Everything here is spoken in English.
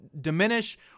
diminish